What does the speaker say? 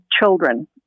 children